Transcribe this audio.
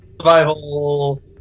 Survival